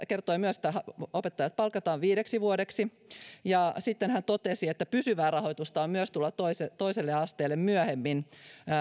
kertoi myös että opettajat palkataan viideksi vuodeksi ja sitten hän totesi että pysyvää rahoitusta on myös tulossa toiselle toiselle asteelle myöhemmin